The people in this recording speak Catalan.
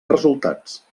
resultats